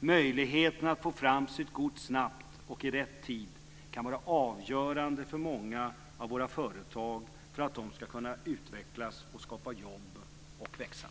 Möjligheten att få fram sitt gods snabbt och i rätt tid kan vara avgörande för många av våra företag för att de ska kunna utvecklas, skapa jobb och växa.